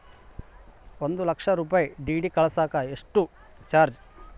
ಒಂದು ಲಕ್ಷ ರೂಪಾಯಿ ಡಿ.ಡಿ ಕಳಸಾಕ ಎಷ್ಟು ಚಾರ್ಜ್?